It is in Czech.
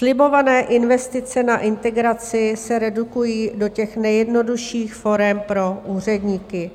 Slibované investice na integraci se redukují do těch nejjednodušších forem pro úředníky.